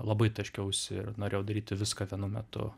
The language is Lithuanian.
labai taškiausi ir norėjau daryti viską vienu metu